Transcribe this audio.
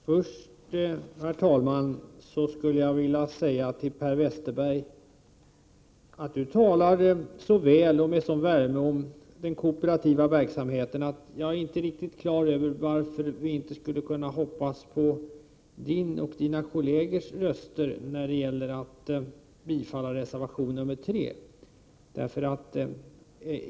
Herr talman! Per Westerberg talar så väl och med sådan värme om den kooperativa verksamheten att jag inte är riktigt klar över varför vi inte skulle kunna hoppas på Per Westerbergs och hans kollegers röster när det gäller att bifalla reservation nr 3.